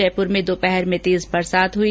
जयपुर में दोपहर में तेज़ बरसात हुई